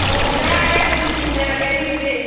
ꯑꯣ ꯀꯀꯥ ꯑꯩ ꯑꯗꯨꯝ ꯊꯤꯟꯖꯔꯛꯀꯦ ꯑꯗꯨꯒꯤꯗꯤ